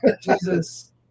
Jesus